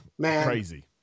Crazy